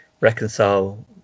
reconcile